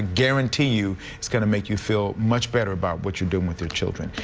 guaranteed you, it's going to make you feel much better about what you're doing with your children.